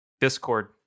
Discord